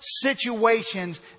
situations